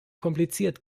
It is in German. kompliziert